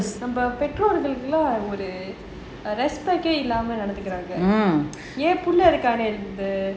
நம்ம பெற்றோர்கள்ட எல்லாம் இல்லாம நடந்துக்குறாங்க என் புள்ள இருக்கானே ஒரு:namma petrorkalta ellaam oru illama nadanthukuraanga en pulla irukaane oru